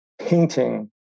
painting